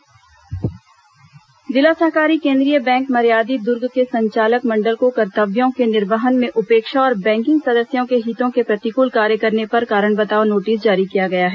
दुर्ग bank notice जिला सहकारी केन्द्रीय बैंक मर्यादित दुर्ग के संचालक मंडल को कर्तव्यों के निर्वहन में उपेक्षा और बैंकिंग सदस्यों के हितों के प्रतिकूल कार्य करने पर कारण बताओ नोटिस जारी किया गया है